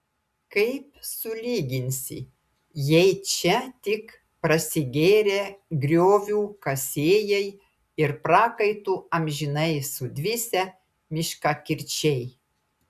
kaip sulyginsi jei čia tik prasigėrę griovių kasėjai ir prakaitu amžinai sudvisę miškakirčiai